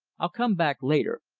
i'll come back later.